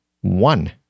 one